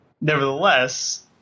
nevertheless